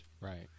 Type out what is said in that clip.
Right